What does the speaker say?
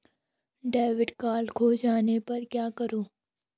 Debit card खो जाने पर क्या करूँ?